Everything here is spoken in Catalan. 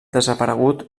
desaparegut